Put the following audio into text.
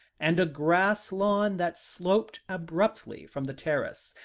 and a grass lawn that sloped abruptly from the terrace,